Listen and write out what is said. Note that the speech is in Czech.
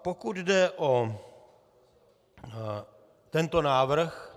Pokud jde o tento návrh.